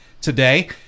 today